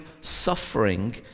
suffering